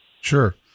Sure